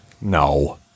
No